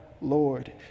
Lord